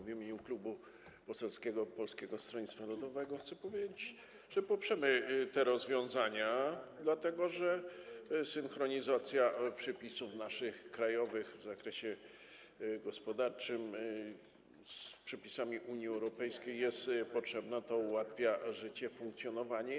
W imieniu klubu poselskiego Polskiego Stronnictwa Ludowego chcę powiedzieć, że poprzemy te rozwiązania, dlatego że synchronizacja naszych krajowych przepisów w zakresie gospodarczym z przepisami Unii Europejskiej jest potrzebna, bo to ułatwia życie, funkcjonowanie.